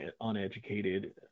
uneducated